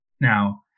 now